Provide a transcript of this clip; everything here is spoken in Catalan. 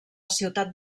ciutat